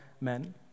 men